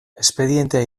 espedientea